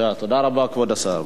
תודה רבה, אדוני.